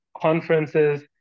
conferences